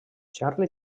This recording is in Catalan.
charlie